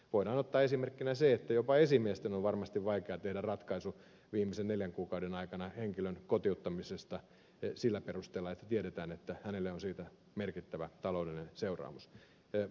voidaan ottaa esimerkkinä se että jopa esimiesten on varmasti vaikeaa tehdä ratkaisu viimeisten neljän kuukauden aikana henkilön kotiuttamisesta sillä perusteella että tiedetään että hänelle koituu siitä merkittävä taloudellinen seuraamus